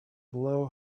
blow